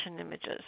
images